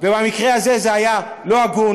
ובמקרה הזה זה היה לא הגון,